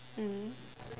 mm